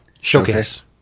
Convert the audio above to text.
showcase